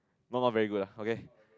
not not very good lah okay